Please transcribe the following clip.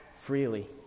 freely